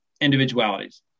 individualities